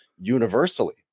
universally